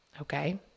Okay